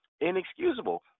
inexcusable